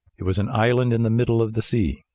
it was an island in the middle of the sea.